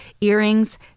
earrings